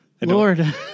Lord